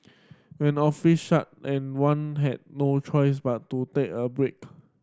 when offices shut and one had no choice but to take a break